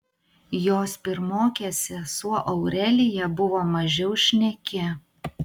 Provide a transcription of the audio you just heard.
jos pirmokė sesuo aurelija buvo mažiau šneki